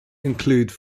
include